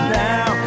now